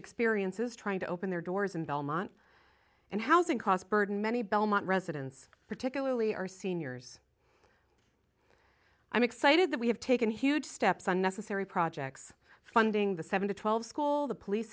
experiences trying to open their doors and belmont and housing cost burden many belmont residents particularly our seniors i'm excited that we have taken huge steps on necessary projects funding the seven to twelve school the police